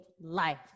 life